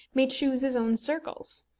may choose his own circles.